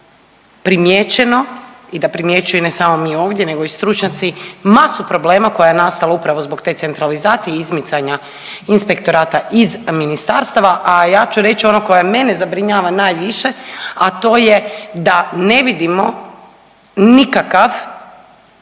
zaista primijećeno i da ne primjećuje ne samo mi ovdje nego i stručnjaci, masu problema koja je nastala upravo zbog te centralizacije i izmicanja inspektorata iz ministarstava, a ja ću reć ono koja mene zabrinjava najviše, a to je da ne vidimo nikakav,